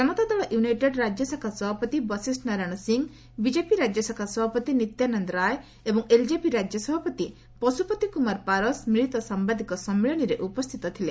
Janata Dal United ରାଜ୍ୟଶାଖା ସଭାପତି Vashishtha Narayan Singh BJP ରାଜ୍ୟଶାଖା ସଭାପତି ନିତ୍ୟାନନ୍ଦ ରାୟ ଏବଂ ଏଲ୍ଜେପି ରାଜ୍ୟ ସଭାପତି ପଶୁପତି କୁମାର ପାରସ୍ ମିଳିତ ସାମ୍ଭାଦିକ ସମ୍ମିଳନୀରେ ଉପସ୍ଥିତ ଥିଲେ